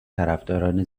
طرفداران